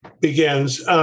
begins